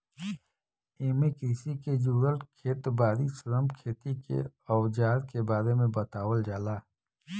एमे कृषि के जुड़ल खेत बारी, श्रम, खेती के अवजार के बारे में बतावल जाला